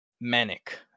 Manic